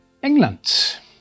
England